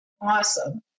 Awesome